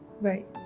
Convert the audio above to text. Right